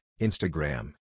Instagram